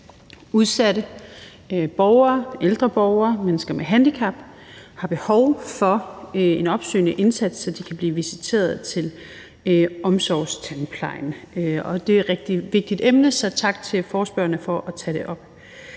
borgere, ældre borgere og mennesker med handicap har behov for en opsøgende indsats, så de kan blive visiteret til omsorgstandplejen. Det er et rigtig vigtigt emne, så tak til forespørgerne for at tage det op.